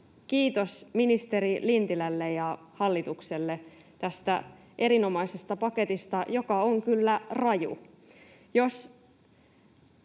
Kiitos ministeri Lintilälle ja hallitukselle tästä erinomaisesta paketista, joka on kyllä raju.